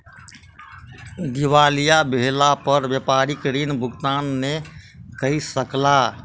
दिवालिया भेला पर व्यापारी ऋण भुगतान नै कय सकला